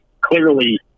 clearly